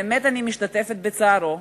אני באמת משתתפת בצערו,